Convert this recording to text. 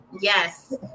Yes